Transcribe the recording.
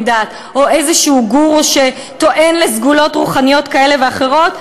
דת או איזשהו גורו שטוען לסגולות רוחניות כאלה ואחרות.